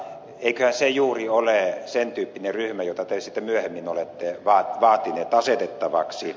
eiköhän se juuri ole sen tyyppinen ryhmä jota te sitten myöhemmin olette vaatineet asetettavaksi